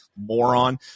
moron